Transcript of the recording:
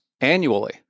annually